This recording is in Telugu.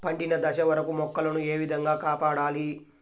పండిన దశ వరకు మొక్కల ను ఏ విధంగా కాపాడాలి?